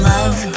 Love